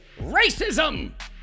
racism